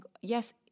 yes